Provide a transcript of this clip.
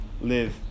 live